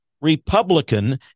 Republican